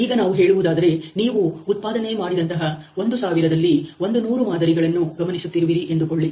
ಈಗ ನಾವು ಹೇಳುವುದಾದರೆ ನೀವು ಉತ್ಪಾದನೆ ಮಾಡಿದಂತಹ ಒಂದು ಸಾವಿರದಲ್ಲಿ 100 ಮಾದರಿಗಳನ್ನು ಗಮನಿಸುತ್ತಿರುವಿರಿ ಎಂದುಕೊಳ್ಳಿ